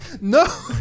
no